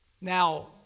Now